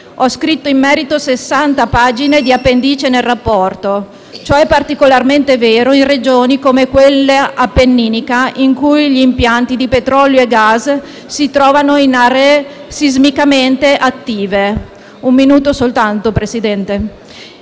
Ho scritto in merito 60 pagine di appendice nel rapporto. Ciò è particolarmente vero in regioni come quella appenninica in cui gli impianti di petrolio e gas si trovano in aree sismicamente attive». Il testo era contenuto